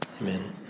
Amen